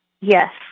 yes